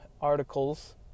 articles